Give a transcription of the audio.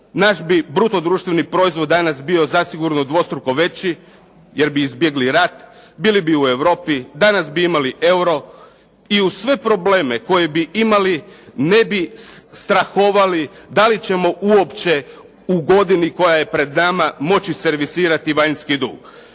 naš bi bruto društveni proizvod danas bio zasigurno dvostruko veći jer bi izbjegli rat, bili bi u Europi, danas bi imali euro i uz sve probleme koje bi imali, ne bi strahovali da li ćemo uopće u godini koja je pred nama moći servisirati vanjski dug.